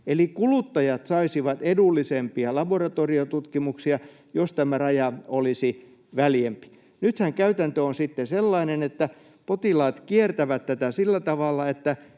Eli kuluttajat saisivat edullisempia laboratoriotutkimuksia, jos tämä raja olisi väljempi. Nythän käytäntö on sitten sellainen, että potilaat kiertävät tätä sillä tavalla,